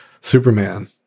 Superman